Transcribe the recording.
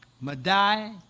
Madai